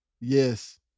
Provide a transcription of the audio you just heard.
Yes